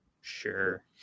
sure